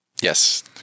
Yes